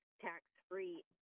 tax-free